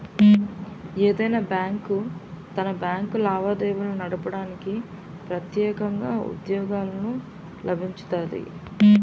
ఏదైనా బ్యాంకు తన బ్యాంకు లావాదేవీలు నడపడానికి ప్రెత్యేకంగా ఉద్యోగత్తులనుంచుతాది